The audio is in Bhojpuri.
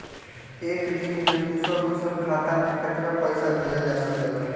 एक दिन में दूसर दूसर खाता में केतना पईसा भेजल जा सेकला?